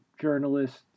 journalists